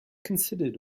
considered